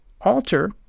alter